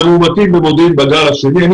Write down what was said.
מהמאומתים במודיעין בגל השני - ודרך אגב,